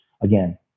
Again